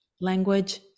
language